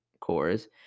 cores